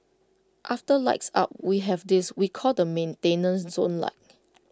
after lights out we have this we call the maintenance zone light